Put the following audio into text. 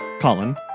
Colin